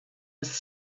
was